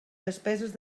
despeses